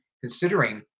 considering